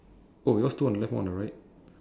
oh yours two on the left one on the right